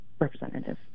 representative